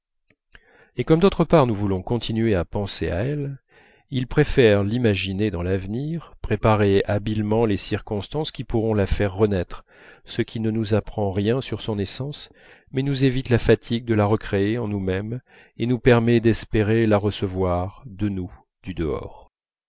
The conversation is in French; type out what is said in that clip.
et comme d'autre part nous voulons continuer à penser à elle il préfère l'imaginer dans l'avenir préparer habilement les circonstances qui pourront la faire renaître ce qui ne nous apprend rien sur son essence mais nous évite la fatigue de la recréer en nous-même et nous permet d'espérer la recevoir de nouveau du dehors